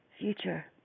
future